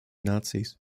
nazis